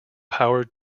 power